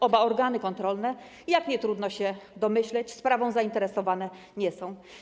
Oba organy kontrolne, jak nietrudno się domyślić, sprawą zainteresowane nie są.